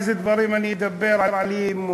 איזה דברים אני אדבר באי-אמון.